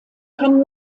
kann